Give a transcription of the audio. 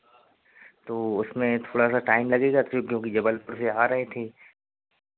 तो उसमें थोड़ा सा टाइम लगेगा फिर क्योंकि जबलपुर से आ रहे थे